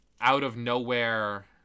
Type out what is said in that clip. out-of-nowhere